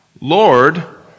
Lord